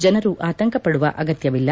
ಜನರು ಆತಂಕಪಡುವ ಅಗತ್ತ ಇಲ್ಲ